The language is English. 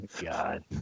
God